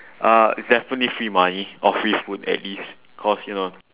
uh it's definitely free money or free food at least cause you know